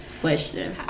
question